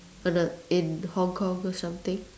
other in Hong-Kong or something